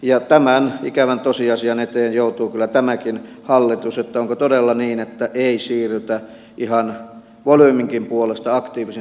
tämän ikävän tosiasian eteen joutuu kyllä tämäkin hallitus että onko todella niin että ei siirrytä ihan volyyminkin puolesta aktiivisen työvoimapolitiikan puolelle